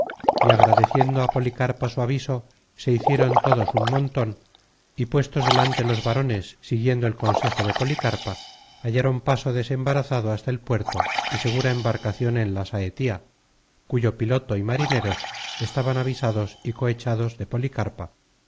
y agradeciendo á policarpa su aviso se hicieron todos un monton y puestos delante los varones siguiendo el consejo de poli carpa hallaron paso desembarazado hasta el puerto y segura embarcacion en la saetía cuyo piloto y marineros estaban avisados y cohechados de policarpa